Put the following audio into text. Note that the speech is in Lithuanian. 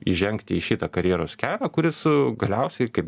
įžengti į šitą karjeros kelią kuris galiausiai kaip